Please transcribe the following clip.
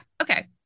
Okay